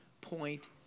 point